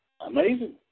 amazing